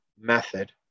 method